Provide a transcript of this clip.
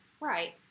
Right